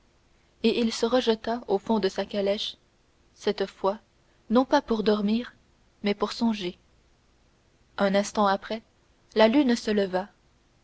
et il se rejeta au fond de sa calèche cette fois non pas pour dormir mais pour songer un instant après la lune se leva